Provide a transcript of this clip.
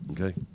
Okay